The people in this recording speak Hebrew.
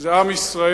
זה עם ישראל,